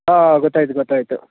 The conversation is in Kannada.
ಹಾಂ ಗೊತ್ತಾಯ್ತು ಗೊತ್ತಾಯಿತು